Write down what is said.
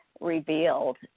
revealed